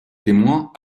témoins